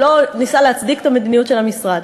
הוא לא ניסה להצדיק את המדיניות של המשרד.